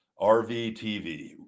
RVTV